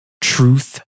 truth